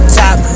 top